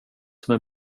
som